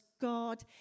God